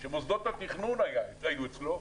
שמוסדות התכנון היו אצלו,